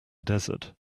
desert